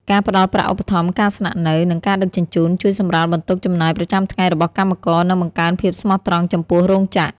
ការផ្ដល់ប្រាក់ឧបត្ថម្ភការស្នាក់នៅ និងការដឹកជញ្ជូន ជួយសម្រាលបន្ទុកចំណាយប្រចាំថ្ងៃរបស់កម្មករ និងបង្កើនភាពស្មោះត្រង់ចំពោះរោងចក្រ។